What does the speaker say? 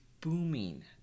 booming